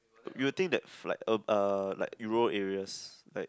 you will think that flight uh ah like Euro areas like